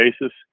basis